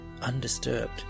undisturbed